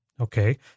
okay